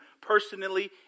personally